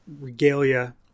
regalia